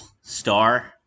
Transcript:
star